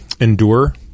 Endure